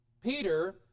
Peter